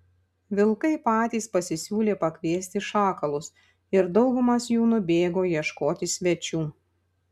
vilkai patys pasisiūlė pakviesti šakalus ir daugumas jų nubėgo ieškoti svečių